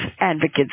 advocates